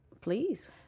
please